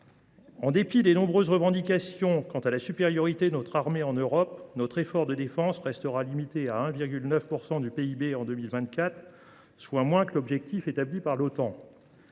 En dépit des nombreuses revendications quant à la supériorité de notre armée en Europe, notre effort de défense restera limité à 1,9 % du PIB en 2024, soit moins que l’objectif établi par l’Otan.